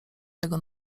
tego